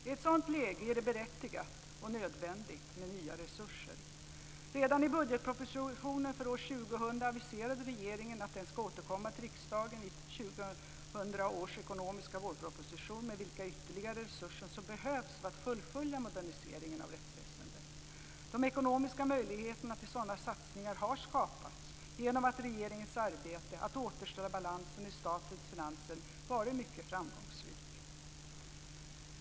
I ett sådant läge är det berättigat och nödvändigt med nya resurser. Redan i budgetpropositionen för år 2000 aviserade regeringen att den ska återkomma till riksdagen i 2000 års ekonomiska vårproposition med vilka ytterligare resurser som behövs för att fullfölja moderniseringen av rättsväsendet. De ekonomiska möjligheterna till sådana satsningar har skapats genom att regeringens arbete med att återställa balans i statens finanser varit mycket framgångsrikt.